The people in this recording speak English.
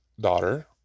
daughter